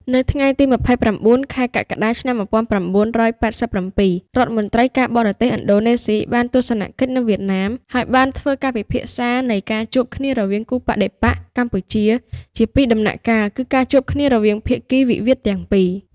នៅថ្ងៃទី២៩ កក្កដា ឆ្នាំ ១៩៨៧ រដ្ឋមន្ត្រី ការបរទេស ឥណ្ឌូណេ ស៊ី បានទស្សនកិច្ចនៅវៀតណាម ហើយបានធ្វើការពិភាក្សានៃការ ជួបគ្នារវាងគូបដិបក្ខ (កម្ពុជា) ជាពីរដំណាក់កាលគឺការជួបគ្នារវាងភាគីវិវាទទាំងពីរ។